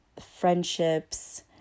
friendships